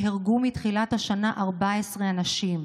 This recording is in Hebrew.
מתחילת השנה נהרגו 14 אנשים.